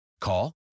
Call